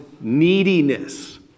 neediness